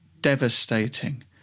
devastating